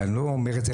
ואני לא אומר את זה,